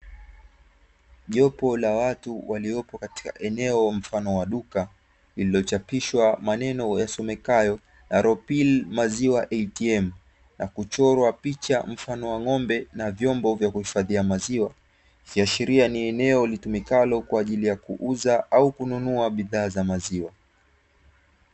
Jopo la watu waliopo katika eneo mfano wa duka lililochapishwa maneno yasomekayo aropili maziwa atm, na kuchorwa picha mfano wa ng' ombe na vyombo vya kuhifadhia maziwa, ikiashiria ni eneo litumikalo kwa ajili ya kuuza au kununua bidhaa za maziwa.